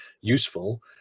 useful